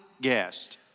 guest